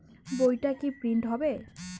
বইটা কি প্রিন্ট হবে?